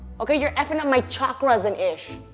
okay, you're effin' up my chakras and ish.